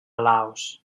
laos